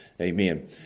Amen